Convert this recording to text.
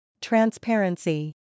Transparency